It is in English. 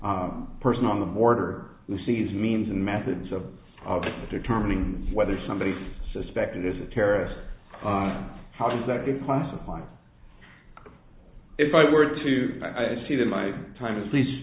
person on the border who sees means and methods of determining whether somebody suspected is a terrorist how does that get classified if i were to see that my time is please